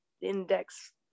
Index